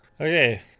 Okay